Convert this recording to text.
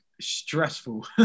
stressful